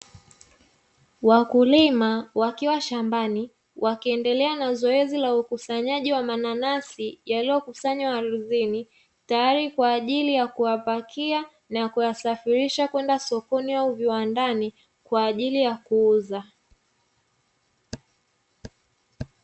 Wakulima wakiwa shambani wakiendelea na zoezi la ukusanyaji wa mananasi yaliyokusanywa ardhini, tayari kwa ajili ya kuyapakia na kuyasafirisha kwenda sokoni au viwandani kwa ajili ya kuuza.